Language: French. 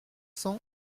cents